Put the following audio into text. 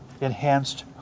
enhanced